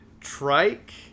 Trike